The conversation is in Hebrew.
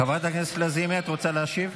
חברת הכנסת לזימי, את רוצה להשיב?